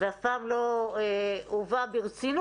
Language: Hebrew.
ואף פעם לא הובא ברצינות